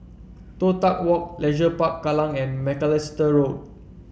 Toh Tuck Walk Leisure Park Kallang and Macalister Road